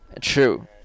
true